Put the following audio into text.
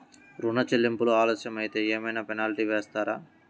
ఋణ చెల్లింపులు ఆలస్యం అయితే ఏమైన పెనాల్టీ వేస్తారా?